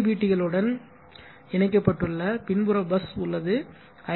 IGBT களுடன் இணைக்கப்பட்டுள்ள பின்புற பஸ் உள்ளது